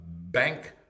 bank